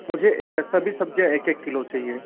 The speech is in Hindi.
मुझे ये सभी सब्ज़ियान एक एक किलो चाहिए